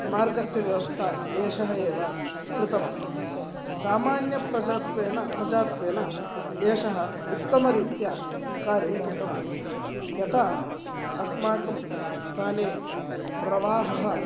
मार्गस्य व्यवस्था एष एव कृतवान् सामान्य प्रजत्वेन प्रजात्वेन एष उत्तमरीत्या कार्यं कृतवान् यथा अस्माकं स्थाने प्रवाह